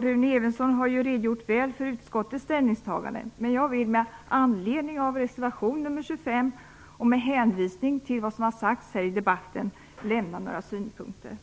Rune Evensson har redogjort väl för utskottets ställningstagande, men jag vill med anledning av reservation 25 och med hänvisning till vad som sagts i debatten lämna några synpunkter.